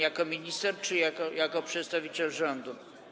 Jako minister czy jako przedstawiciel rządu?